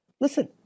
Listen